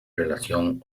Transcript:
relación